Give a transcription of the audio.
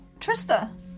Trista